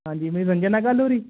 ਹਾਂਜੀ ਮੇਰੀ ਸੰਜੇ ਨਾਲ ਗੱਲ ਹੋ ਰਹੀ